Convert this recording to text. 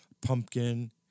pumpkin